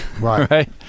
right